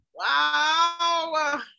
Wow